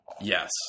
Yes